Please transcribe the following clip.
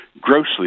grossly